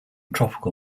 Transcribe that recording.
tropical